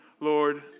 Lord